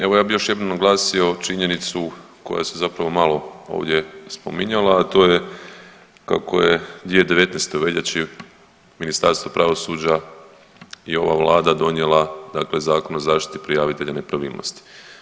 Evo ja bih još jednom naglasio činjenicu koja se zapravo malo ovdje spominjala, a to je kako je 2019. u veljači Ministarstvo pravosuđa i ova Vlada donijela, dakle Zakon o zaštiti prijavitelja nepravilnosti.